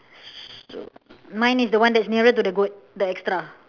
so mine is the one that's nearer to the goat the extra